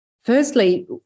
firstly